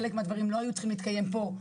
חלק מהדברים לא היו צריכים להתקיים בחוק